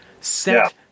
set